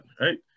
right